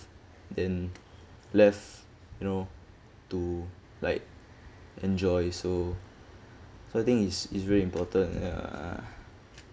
then left you know to like enjoy so the thing is is very important ya uh